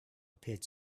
appeared